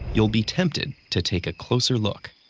you'll be tempted to take a closer look.